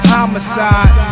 Homicide